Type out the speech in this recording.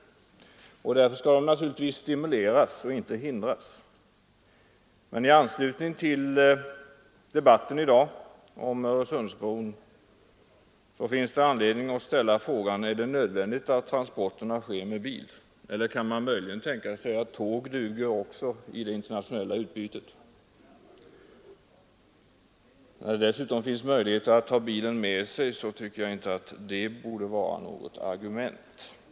Därför skall dessa kontakter naturligtvis stimuleras och inte hindras. Men i anslutning till debatten i dag om Öresundsbron finns det anledning att ställa frågan: Är det nödvändigt att transporterna sker med bil? Kan man möjligen tänka sig att tåg också duger i det internationella utbytet, när det dessutom finns möjlighet att ta med sig bilen på tåg?